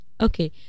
Okay